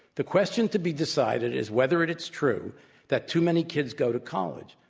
the question to be decided is whether it's true that too many kids go to college.